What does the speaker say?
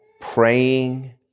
praying